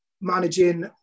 managing